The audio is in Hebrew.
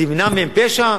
זה ימנע מהם פשע?